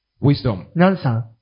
Wisdom